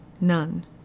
None